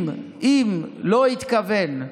אם לא התכוון.